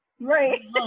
right